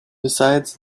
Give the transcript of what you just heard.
besides